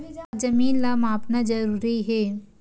का जमीन ला मापना जरूरी हे?